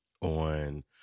on